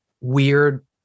weird